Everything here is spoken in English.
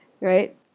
right